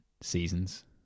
seasons